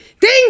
ding